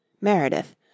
Meredith